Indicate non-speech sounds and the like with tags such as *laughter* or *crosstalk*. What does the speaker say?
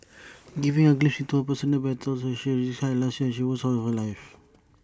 *noise* giving A glimpse into her personal battles she described last year as the worst year of her life